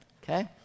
okay